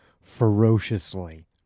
ferociously